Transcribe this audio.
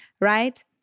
right